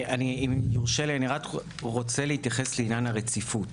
אם יורשה לי, אני רוצה להתייחס רק לעניין הרציפות.